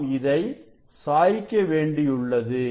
நாம் இதை சாய்க்க வேண்டியுள்ளது